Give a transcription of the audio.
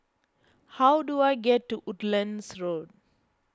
how do I get to Woodlands Road